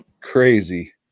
Crazy